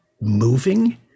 moving